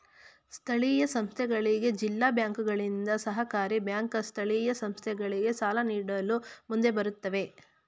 ಸ್ಥಳೀಯ ಸಂಸ್ಥೆಗಳಿಗೆ ಜಿಲ್ಲಾ ಬ್ಯಾಂಕುಗಳಿಂದ, ಸಹಕಾರಿ ಬ್ಯಾಂಕ್ ಸ್ಥಳೀಯ ಸಂಸ್ಥೆಗಳಿಗೆ ಸಾಲ ನೀಡಲು ಮುಂದೆ ಬರುತ್ತವೆ